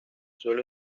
suele